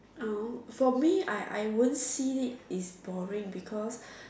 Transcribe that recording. no for me I I won't see it as boring because